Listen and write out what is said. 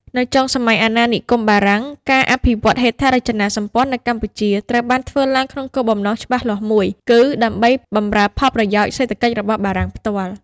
នៅចុងសម័យអាណានិគមបារាំង ការអភិវឌ្ឍន៍ហេដ្ឋារចនាសម្ព័ន្ធនៅកម្ពុជាត្រូវបានធ្វើឡើងក្នុងគោលបំណងច្បាស់លាស់មួយ គឺដើម្បីបម្រើផលប្រយោជន៍សេដ្ឋកិច្ចរបស់បារាំងផ្ទាល់។